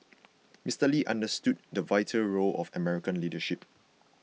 Mister Lee understood the vital role of American leadership